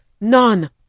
None